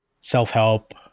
self-help